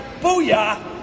Booyah